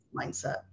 mindset